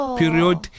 period